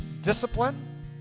discipline